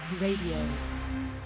Radio